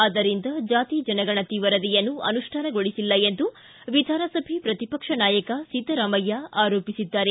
ಆದ್ದರಿಂದ ಜಾತಿ ಜನಗಣತಿ ವರದಿಯನ್ನು ಅನುಷ್ಠಾನಗೊಳಿಸಿಲ್ಲ ಎಂದು ವಿಧಾನಸಭೆ ಪ್ರತಿಪಕ್ಷ ನಾಯಕ ಸಿದ್ದರಾಮಯ್ಕ ಆರೋಪಿಸಿದ್ದಾರೆ